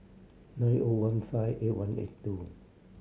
nine O one five eight one eight two